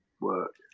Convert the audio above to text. work